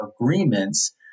agreements